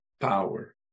power